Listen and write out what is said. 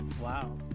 Wow